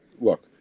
look